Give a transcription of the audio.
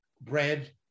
bread